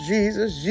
Jesus